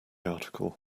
article